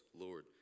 Lord